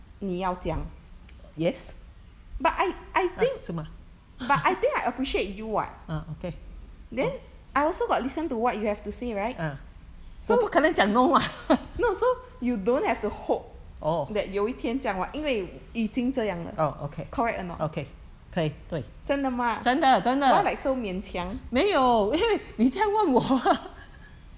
你要讲 but I I think but I think I appreciate you [what] then I also got listen to what you have to say right so no so you don't have to hope that 有一天这样 [what] 因为已经这样了 correct anot 真的吗 why like so 勉强